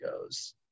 goes